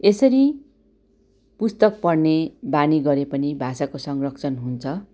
यसरी पुस्तक पढ्ने बानी गरे पनि भाषाको संरक्षण हुन्छ